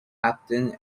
captain